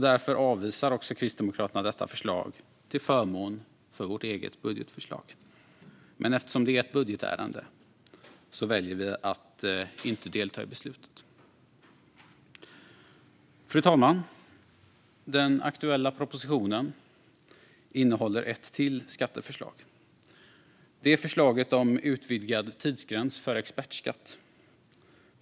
Därför avvisar också Kristdemokraterna detta förslag, till förmån för vårt eget budgetförslag. Eftersom det är ett budgetärende väljer vi dock att inte delta i beslutet. Fru talman! Den aktuella propositionen innehåller ett skatteförslag till. Det är förslaget om utvidgad tidsgräns för expertskatt.